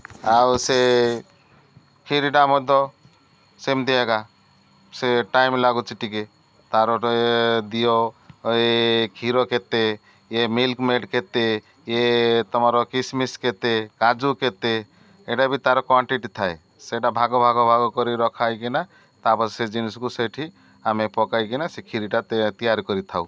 ଆଉ ସେ କ୍ଷିରୀଟା ମଧ୍ୟ ସେମିତି ଏକା ସେ ଟାଇମ୍ ଲାଗୁଛି ଟିକେ ତା'ର ଟେ ଦିଅ ଏ କ୍ଷୀର କେତେ ଇଏ ମିଲ୍କମେଡ଼୍ କେତେ ଇଏ ତୁମର କିସମିସ୍ କେତେ କାଜୁ କେତେ ଏଇଟା ବି ତା'ର କ୍ଵାଣ୍ଟିଟି ଥାଏ ସେଇଟା ଭାଗ ଭାଗ ଭାଗ କରି ରଖା ହେଇକିନା ତା'ପରେ ସେ ଜିନିଷକୁ ସେଇଠି ଆମେ ପକାଇକିନା ସେ କ୍ଷିରୀଟା ତିଆରି କରିଥାଉ